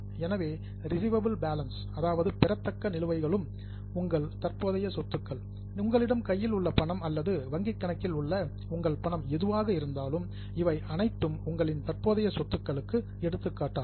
எனவே receivable balance பெறத்தக்க நிலுவைகளும் உங்கள் தற்போதைய சொத்துக்கள் உங்களிடம் கையில் உள்ள பணம் அல்லது வங்கிக் கணக்கில் உள்ள உங்கள் பணம் எதுவாக இருந்தாலும் இவை அனைத்தும் உங்களின் தற்போதைய சொத்துக்களுக்கு எடுத்துக்காட்டாகும்